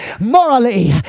morally